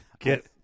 Get